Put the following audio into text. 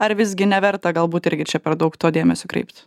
ar visgi neverta galbūt irgi čia per daug to dėmesio kreipti